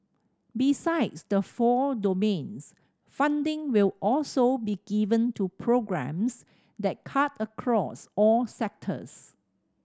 besides the four domains funding will also be given to programmes that cut across all sectors